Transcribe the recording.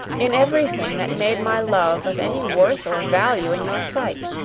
in everything that made my love of any worth or value in your sight.